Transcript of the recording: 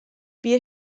wir